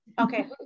Okay